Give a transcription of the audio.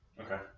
Okay